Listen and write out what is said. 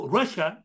Russia